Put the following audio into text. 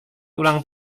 ulang